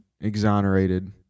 exonerated